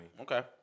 Okay